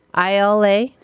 ILA